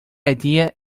idea